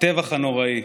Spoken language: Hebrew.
הטבח הנוראי,